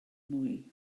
mwy